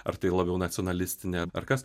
ar tai labiau nacionalistinė ar kas